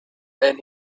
and